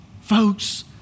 Folks